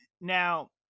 now